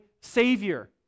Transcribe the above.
Savior